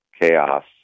chaos